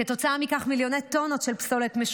כתוצאה מכך מיליוני טונות של פסולת ברחבי